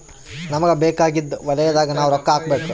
ನಮಗ ಬೇಕಾಗಿದ್ದ ವಲಯದಾಗ ನಾವ್ ರೊಕ್ಕ ಹಾಕಬೇಕು